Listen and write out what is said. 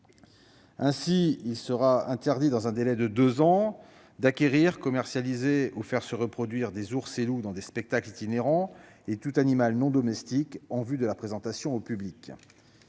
Ainsi, il sera interdit, dans un délai de deux ans, d'acquérir, de commercialiser ou de faire se reproduire des ours et des loups dans des spectacles itinérants et tout animal non domestique en vue de la présentation au public.